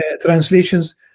translations